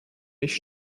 nicht